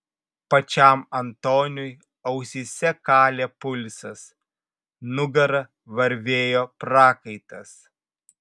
pačiam antoniui ausyse kalė pulsas nugara varvėjo prakaitas